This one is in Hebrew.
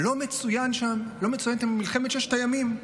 לא מצוינת שם מלחמת ששת הימים.